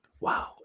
Wow